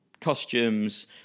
Costumes